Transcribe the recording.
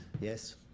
Yes